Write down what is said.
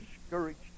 discouraged